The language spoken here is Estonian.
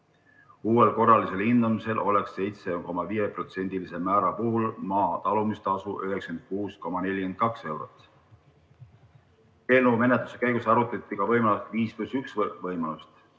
Uuel korralisel hindamisel oleks 7,5%‑lise määra puhul maa talumistasu 96,42 eurot. Eelnõu menetluse käigus arutati ka 5 + 1 võimalust,